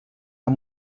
amb